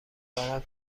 ورم